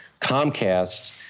Comcast